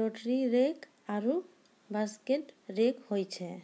rotary rake आरु basket rake होय छै